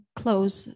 close